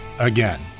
Again